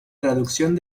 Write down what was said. traducción